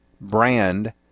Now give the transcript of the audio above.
brand